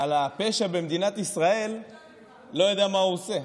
על הפשע במדינת ישראל לא יודע מה הוא עושה,